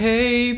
Hey